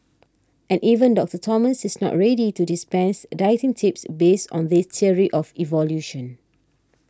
and even Doctor Thomas is not already to dispense a dieting tips based on this theory of evolution